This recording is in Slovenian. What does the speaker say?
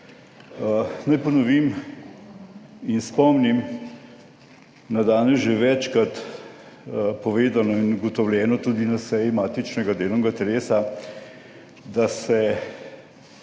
Naj ponovim in spomnim na danes že večkrat povedano, in ugotovljeno tudi na seji matičnega delovnega telesa, da se